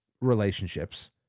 relationships